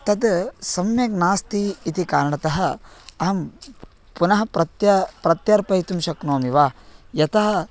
तद् सम्यक् नास्ति इति कारणतः अहं पुनः प्रत्या प्रत्यर्पयितुं शक्नोमि वा यतः